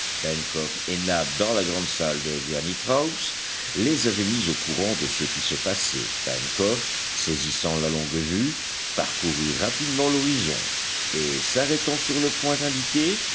dans la grande salle de granite house les avaient mis au courant de ce qui se passait pencroff saisissant la longue-vue parcourut rapidement l'horizon et s'arrêtant sur le point indiqué